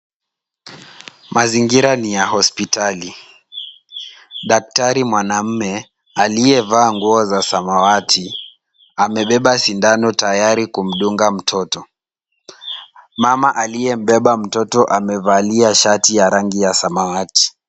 Mazingira ni ya hospitali. Daktari mwanaume aliyevaa nguo za samawati, amebeba sindano tayari kumdunga mtoto. Mama aliyembeba mtoto amevalia shati ya rangi ya samawati.